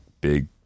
big